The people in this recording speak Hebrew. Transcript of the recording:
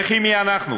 וכי מי אנחנו?